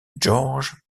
georges